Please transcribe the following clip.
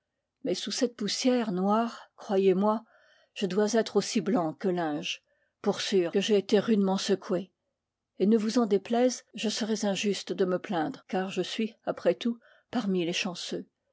mais sous cette poussière noire croyez-moi je dois être aussi blanc que linge pour sûr que j'ai été rude uits d'apparitions m ment secoué et ne vous en déplaise je serais injuste de me plaindre car je suis après tout parmi les chanceux